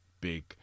big